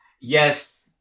Yes